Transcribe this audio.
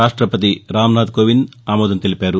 రాష్ట్లపతి రాంనాధ్ కోవింద్ ఆమోదం తెలిపారు